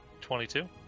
22